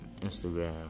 Instagram